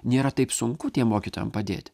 nėra taip sunku tiem mokytojam padėti